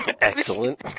Excellent